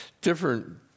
different